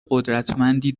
قدرتمندی